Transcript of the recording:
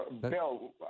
Bill